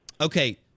Okay